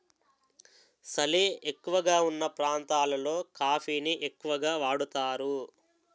సలి ఎక్కువగావున్న ప్రాంతాలలో కాఫీ ని ఎక్కువగా వాడుతారు